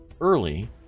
early